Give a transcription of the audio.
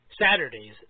Saturdays